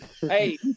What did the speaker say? Hey